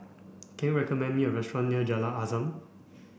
can you recommend me a restaurant near Jalan Azam